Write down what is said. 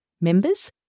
members